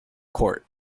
court